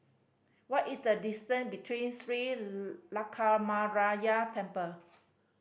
what is the distance between Sri Lankaramaya Temple